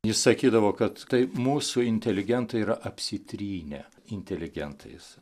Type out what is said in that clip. jis sakydavo kad tai mūsų inteligentai yra apsitrynę inteligentais